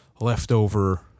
leftover